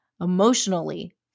emotionally